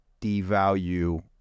devalue